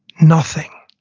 nothing.